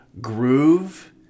groove